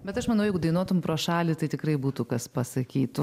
bet aš manau jeigu dainuotum pro šalį tai tikrai būtų kas pasakytų